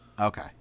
Okay